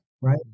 Right